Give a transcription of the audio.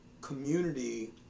community